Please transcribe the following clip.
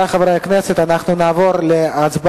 נתקבלה.